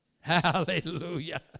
hallelujah